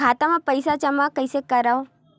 खाता म पईसा जमा कइसे करव?